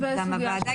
גם מטעם הוועדה,